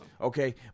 Okay